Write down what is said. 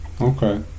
Okay